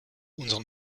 unseren